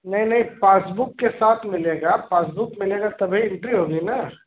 नहीं नहीं पासबुक के साथ मिलेगा पासबुक मिलेगा तभी एंट्री होगी ना